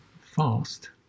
fast